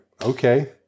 okay